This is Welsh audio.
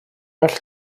well